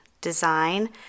design